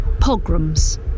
pogroms